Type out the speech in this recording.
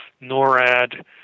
NORAD